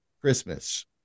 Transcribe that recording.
Christmas